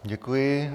Děkuji.